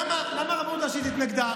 למה הרבנות הראשית התנגדה?